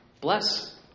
Bless